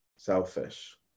Selfish